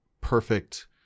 perfect